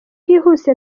bwihuse